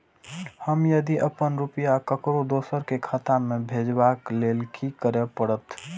हम यदि अपन रुपया ककरो दोसर के खाता में भेजबाक लेल कि करै परत?